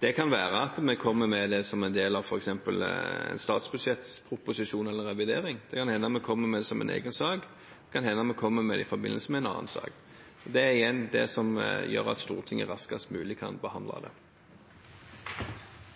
Det kan være at vi kommer med det som en del av f.eks. statsbudsjettsproposisjonen eller revidert. Det kan hende vi kommer med det som en egen sak. Det kan hende vi kommer med det i forbindelse med en annen sak. Det er det som gjør at Stortinget raskest mulig kan behandle det.